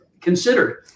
considered